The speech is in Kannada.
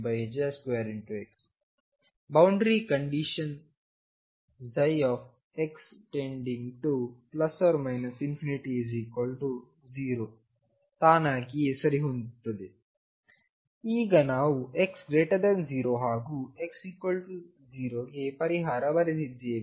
ಬೌಂಡರಿ ಕಂಡೀಶನ್x→±∞0 ತಾನಾಗಿಯೇ ಸರಿಹೊಂದುತ್ತದೆ ಈಗ ನಾವುx0 ಹಾಗೂx0 ಗೆ ಪರಿಹಾರ ಬರೆದಿದ್ದೇವೆ